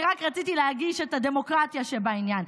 אני רק רציתי להדגיש את הדמוקרטיה שבעניין.